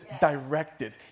directed